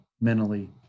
mentally